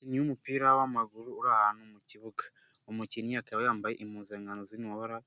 Umukinnyi w'umupira w'amaguru uri ahantu mu kibuga, umukinnyi akaba yambaye impuzankano ziri mu mabara